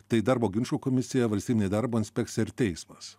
tai darbo ginčų komisija valstybinė darbo inspekcija ir teismas